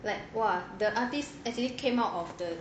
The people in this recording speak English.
like !wah! the artists actually came out of the